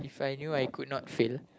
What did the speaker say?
If I knew I could not fail